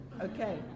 okay